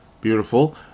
Beautiful